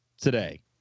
today